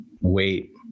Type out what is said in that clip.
wait